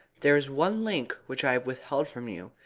there is one link which i have withheld from you,